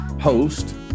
host